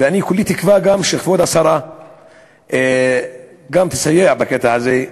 ואני כולי תקווה שכבוד השרה גם תסייע בקטע הזה,